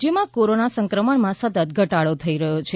રાજ્યમાં કોરોના સંક્રમણમાં સતત ઘટાડો થઈ રહ્યો છે